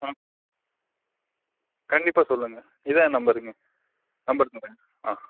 ம் கண்டிப்பாக சொல்லுங்க இதுதான் ஏன் நம்பருங்க நம்பர் சொல்றேங்க ஆ